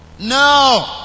No